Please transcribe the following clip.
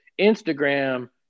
Instagram